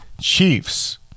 Chiefs